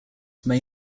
may